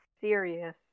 serious